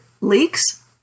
leaks